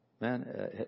Man